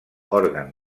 òrgan